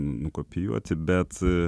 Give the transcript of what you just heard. nukopijuoti bet